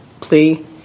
plea